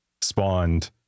spawned